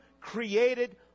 created